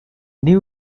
new